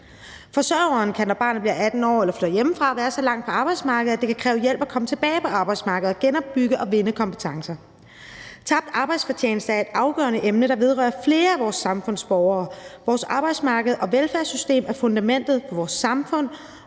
Forsørgeren kan, når barnet bliver 18 år eller flytter hjemmefra, være så langt fra arbejdsmarkedet, at det kan kræve hjælp at komme tilbage på arbejdsmarkedet og genopbygge og -vinde kompetencer. Tabt arbejdsfortjeneste er et afgørende emne, der vedrører flere af vores samfundsborgere. Vores arbejdsmarked og velfærdssystem er fundamentet for vores samfund,